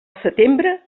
setembre